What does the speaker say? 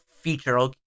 feature